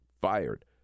fired